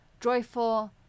joyful